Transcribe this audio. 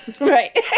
Right